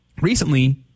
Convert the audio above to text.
recently